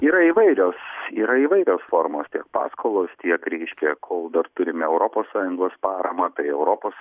yra įvairios yra įvairios formos tiek paskolos tiek reiškia kol dar turime europos sąjungos paramą bei europos